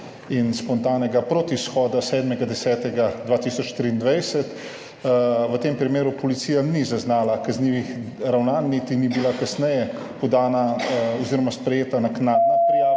in spontanega protishoda 7. 10. 2023, v tem primeru policija ni zaznala kaznivih ravnanj, niti ni bila kasneje podana oziroma sprejeta naknadna prijava